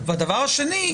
והדבר השני,